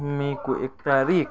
मईको एक तारिक